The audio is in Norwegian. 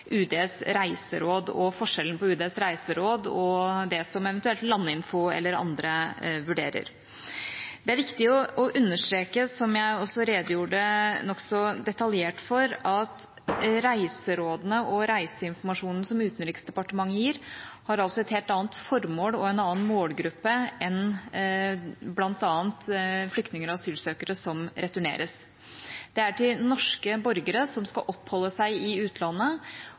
UDs reiseråd og forskjellen på UDs reiseråd og det som eventuelt Landinfo eller andre vurderer. Det er viktig å understreke, som jeg også redegjorde nokså detaljert for, at reiserådene og reiseinformasjonen som Utenriksdepartementet gir, har et helt annet formål og en annen målgruppe enn bl.a. flyktninger og asylsøkere som returneres. Det er til norske borgere som skal oppholde seg i utlandet,